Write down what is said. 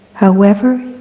however,